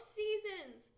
seasons